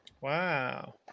Wow